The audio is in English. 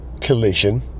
collision